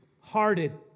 hearted